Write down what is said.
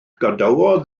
gadawodd